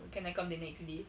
can I come the next day